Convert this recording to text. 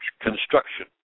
construction